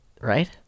right